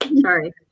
Sorry